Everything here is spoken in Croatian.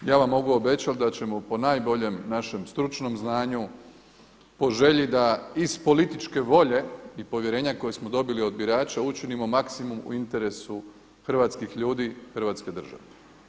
Ja vam mogu obećati da ćemo po najboljem našem stručnom znanju, po želji da iz političke volje i povjerenja koje smo dobili od birača učinimo maksimum u interesu hrvatskih ljudi, Hrvatske države.